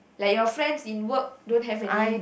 like your friends in work don't have any